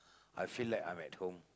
I feel like I'm at home